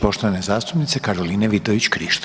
poštovane zastupnice Karoline Vidović Krišto.